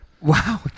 Wow